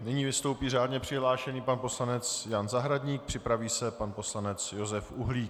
Nyní vystoupí řádně přihlášený pan poslanec Jan Zahradník, připraví se pan poslanec Josef Uhlík.